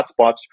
hotspots